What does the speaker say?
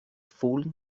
fallen